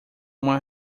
uma